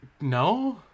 No